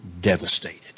devastated